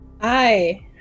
Hi